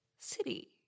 city